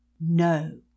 No